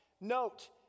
Note